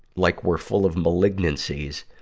like we're full of malignancies,